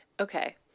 Okay